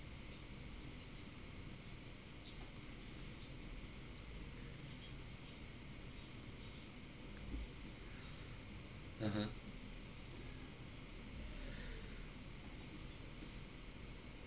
(uh huh)